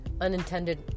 unintended